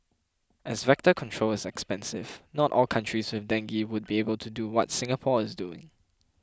as vector control is expensive not all countries with dengue would be able to do what Singapore is doing